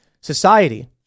society